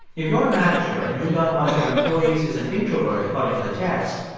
if you're a manager and you learn one of your employees is an introvert according to the test,